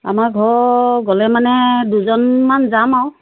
আমাৰ ঘৰৰ গ'লে মানে দুজনমান যাম আৰু